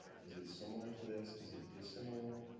is it similar to this? is it dissimilar?